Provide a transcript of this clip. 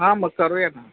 हां मग करूया ना